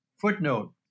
Footnote